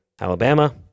Alabama